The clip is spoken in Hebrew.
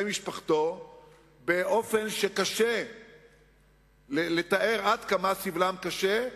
משפחתו באופן שקשה לתאר עד כמה סבלם קשה,